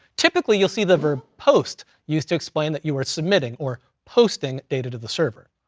typically you'll see the verb post used to explain that you are submitting, or posting data to the server.